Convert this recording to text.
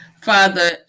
Father